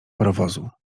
parowozu